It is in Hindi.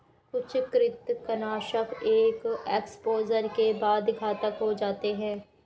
कुछ कृंतकनाशक एक एक्सपोजर के बाद घातक हो जाते है